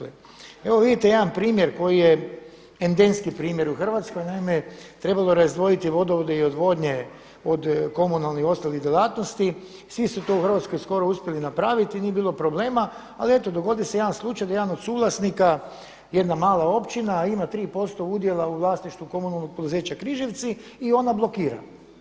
Evo vidite jedan primjer koji je endemski primjer u Hrvatskoj, naime trebalo je razdvojiti vodovode i odvodnje od komunalnih i ostalih djelatnosti, svi su to u Hrvatskoj skoro uspjeli napraviti, nije bilo problema, ali eto dogodi se jedan slučaj da jedan od suvlasnika jedna mala općina ima 3% udjela u vlasništvu Komunalnog poduzeća Križevci i ona blokira.